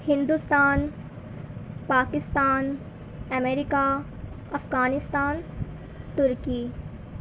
Hindustan Pakistan America Afghanistan Turkey